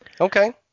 Okay